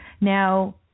Now